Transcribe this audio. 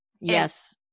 Yes